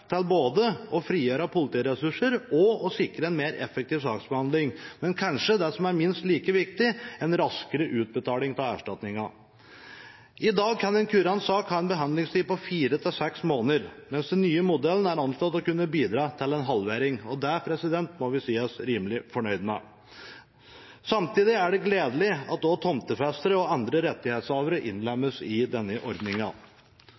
til både å frigjøre politiressurser og å sikre en mer effektiv saksbehandling, men kanskje det som er minst like viktig: en raskere utbetaling av erstatningen. I dag kan en kurant sak ha en behandlingstid på fire–seks måneder, mens den nye modellen er anslått å kunne bidra til en halvering, og det må vi si oss rimelig fornøyd med. Samtidig er det gledelig at også tomtefestere og andre rettighetshavere